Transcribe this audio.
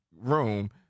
room